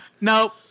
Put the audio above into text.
No